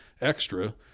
extra